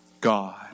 God